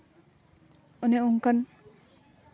ᱚᱱᱮ ᱚᱱᱠᱟᱱ